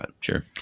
Sure